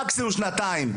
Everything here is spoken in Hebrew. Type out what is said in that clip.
מקסימום שנתיים,